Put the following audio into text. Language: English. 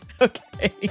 okay